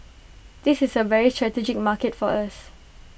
this is A very strategic market for us